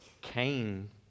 came